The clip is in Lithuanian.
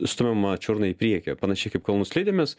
stumiama čiurną į priekį panašiai kaip kalnų slidėmis